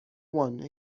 one